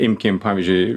imkim pavyzdžiui